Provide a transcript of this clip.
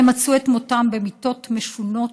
אלה מצאו את מותם במיתות משונות: